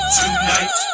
tonight